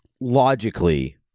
logically